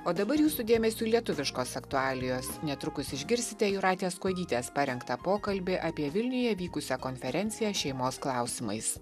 o dabar jūsų dėmesiui lietuviškos aktualijos netrukus išgirsite jūratės kuodytės parengtą pokalbį apie vilniuje vykusią konferenciją šeimos klausimais